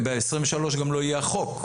ב-2023 גם לא יהיה החוק.